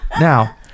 Now